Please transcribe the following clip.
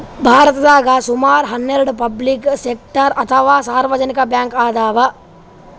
ಭಾರತದಾಗ್ ಸುಮಾರ್ ಹನ್ನೆರಡ್ ಪಬ್ಲಿಕ್ ಸೆಕ್ಟರ್ ಅಥವಾ ಸಾರ್ವಜನಿಕ್ ಬ್ಯಾಂಕ್ ಅದಾವ್